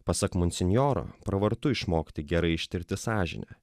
pasak monsinjoro pravartu išmokti gerai ištirti sąžinę